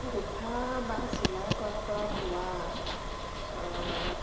গোঁঠা বা চিলাই কৰাৰপৰা হোৱা